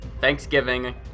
Thanksgiving